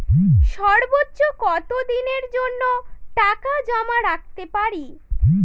সর্বোচ্চ কত দিনের জন্য টাকা জমা রাখতে পারি?